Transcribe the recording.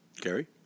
Gary